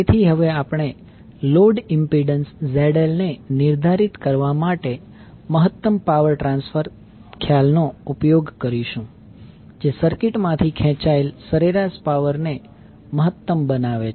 તેથી હવે આપણે લોડ ઇમ્પિડન્સ ZL ને નિર્ધારિત કરવા માટે મહત્તમ પાવર ટ્રાન્સફર ખ્યાલનો ઉપયોગ કરીશું જે સર્કિટ માંથી ખેંચાયેલા સરેરાશ પાવર ને મહત્તમ બનાવે છે